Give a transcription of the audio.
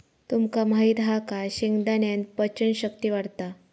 तुमका माहित हा काय शेंगदाण्यान पचन शक्ती वाढता